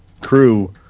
crew